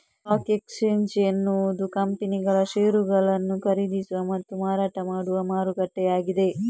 stock exchange ಎನ್ನುವುದು ಕಂಪನಿಗಳ ಷೇರುಗಳನ್ನು ಖರೀದಿಸುವ ಮತ್ತು ಮಾರಾಟ ಮಾಡುವ ಮಾರುಕಟ್ಟೆಯಾಗಿದೆ